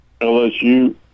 LSU